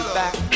back